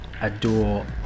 adore